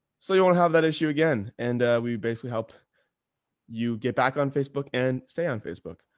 so you won't have that issue again. and, we basically help you get back on facebook and stay on facebook.